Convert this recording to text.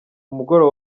mugoroba